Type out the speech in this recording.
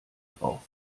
drauf